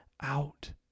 out